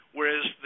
Whereas